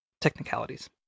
Technicalities